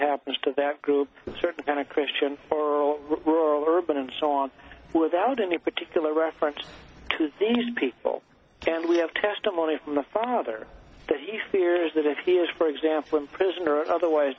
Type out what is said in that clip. happens to that group a certain kind of christian or rural or urban and so on without any particular reference to these people can we have testimony from the father that he fears that if he is for example in prison or otherwise